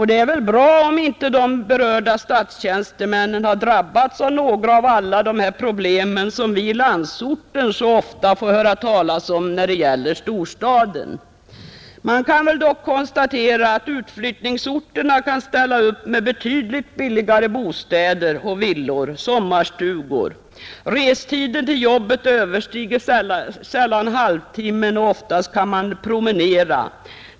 Det är ju bra om inte de berörda statstjänstemännen har drabbats av alla dessa problem, som vi i landsorten så ofta får höra talas om när det gäller storstaden. Man måste dock konstatera att utflyttningsorterna kan ställa upp med betydligt billigare bostäder, villor och sommarstugor. Restiden till jobbet överstiger sällan halvtimmen, och oftast kan man promenera.